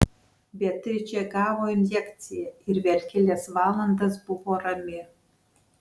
beatričė gavo injekciją ir vėl kelias valandas buvo rami